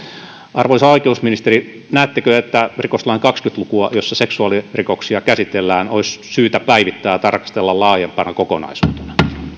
arvoisa oikeusministeri näettekö että rikoslain kaksikymmentä lukua jossa seksuaalirikoksia käsitellään olisi syytä päivittää ja tarkastella laajempana kokonaisuutena